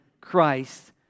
Christ